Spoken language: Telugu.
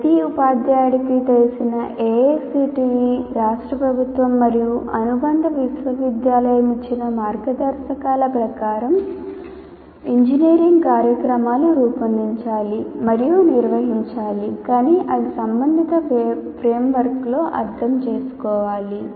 ప్రతి ఉపాధ్యాయుడికి తెలిసిన AICTE రాష్ట్ర ప్రభుత్వం మరియు అనుబంధ విశ్వవిద్యాలయం ఇచ్చిన మార్గదర్శకాల ప్రకారం ఇంజనీరింగ్ కార్యక్రమాలను రూపొందించాలి మరియు నిర్వహించాలి కాని అవి సంబంధిత framework లో అర్థం చేసుకోవాలి